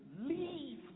leave